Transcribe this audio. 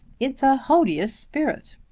it's a hodious spirit.